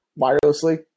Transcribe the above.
wirelessly